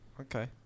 okay